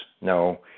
No